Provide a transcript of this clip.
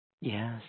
Yes